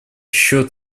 счет